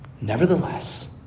Nevertheless